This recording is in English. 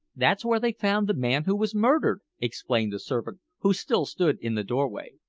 that's where they found the man who was murdered, explained the servant, who still stood in the doorway.